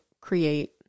create